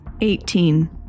Eighteen